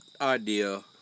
idea